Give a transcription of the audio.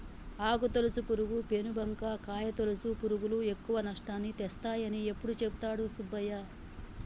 ఆకు తొలుచు పురుగు, పేను బంక, కాయ తొలుచు పురుగులు ఎక్కువ నష్టాన్ని తెస్తాయని ఎప్పుడు చెపుతాడు సుబ్బయ్య